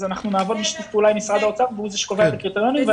אנחנו נעבוד מול משרד האוצר כי הוא זה שקובע את הקריטריונים.